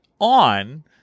on